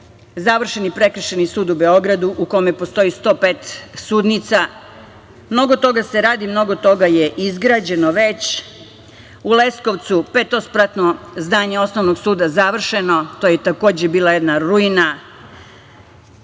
završeni Prekršajni sud u Beogradu u kome postoji 105 sudnica. Mnogo toga se radi, mnogo toga je izgrađeno već. U Leskovcu petospratno zdanje Osnovnog suda završeno. To je takođe bila jedna ruina.